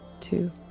two